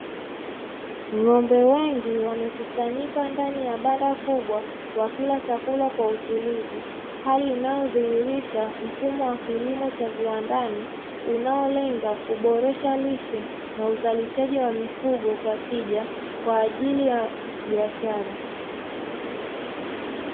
Ng'ombe wengi wamekusanyika ndani ya banda kubwa wakila chakula kwa utulivu, hali inayodhihirisha mfumo wa kilimo cha viwandani unaolenga kuboresha lishe na uzalishaji wa mifugo kwa tija kwa ajili ya biashara.